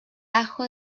ajo